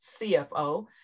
CFO